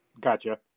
Gotcha